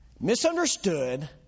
Misunderstood